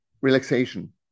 relaxation